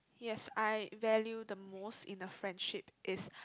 yes I value the most in a friendship is